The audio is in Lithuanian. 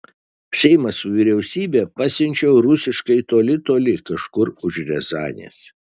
seimą su vyriausybe pasiunčiau rusiškai toli toli kažkur už riazanės